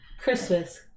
Christmas